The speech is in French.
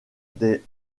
des